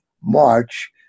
March